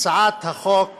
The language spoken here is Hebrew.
הצעת החוק